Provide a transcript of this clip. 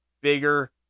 bigger